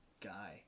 guy